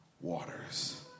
waters